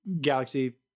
Galaxy